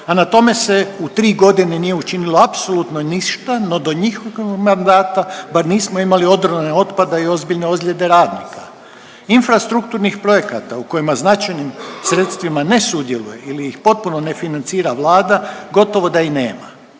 a na tome se u tri godine nije učinilo apsolutno ništa, no do njihovog mandata bar nismo imali odrone otpada i ozbiljne ozljede radnika. Infrastrukturnih projekata u kojima značajnim sredstvima ne sudjeluje ili ih potpuno ne financira Vlada gotovo da i nema.